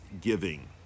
giving